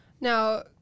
now